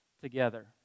together